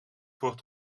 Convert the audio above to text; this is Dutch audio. wordt